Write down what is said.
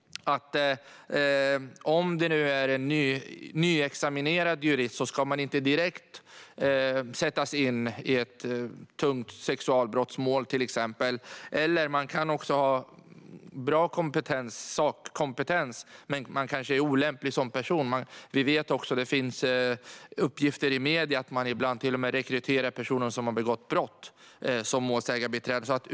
Om det är en nyutexaminerad jurist ska han eller hon till exempel inte direkt sättas in i ett tungt sexualbrottsmål. En person kan också ha bra sakkompetens men kanske är olämplig som person. Det finns uppgifter i medierna om att man ibland till och med rekryterar personer som målsägandebiträde som har begått brott.